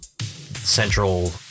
central